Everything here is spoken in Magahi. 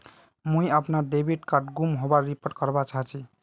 मुई अपना डेबिट कार्ड गूम होबार रिपोर्ट करवा चहची